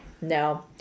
No